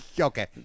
Okay